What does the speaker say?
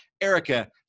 Erica